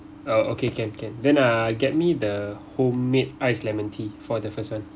oh okay can can then uh get me the homemade ice lemon tea for the first [one]